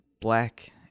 black